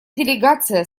делегация